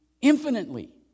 infinitely